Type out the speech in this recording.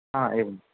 हा एवं